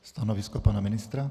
Stanovisko pana ministra?